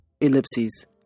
ellipses